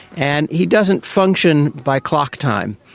and he doesn't function by clock time.